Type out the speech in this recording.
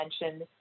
mentioned